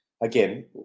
again